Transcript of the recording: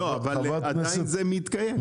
עדיין זה מתקיים.